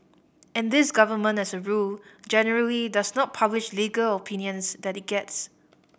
and this government as a rule generally does not publish legal opinions that it gets